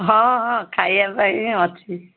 ହଁ ହଁ ଖାଇବା ପାଇଁ ବି ଅଛି